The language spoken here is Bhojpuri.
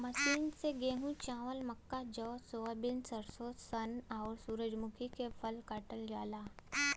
मशीन से गेंहू, चावल, मक्का, जौ, सोयाबीन, सरसों, सन, आउर सूरजमुखी के फसल काटल जाला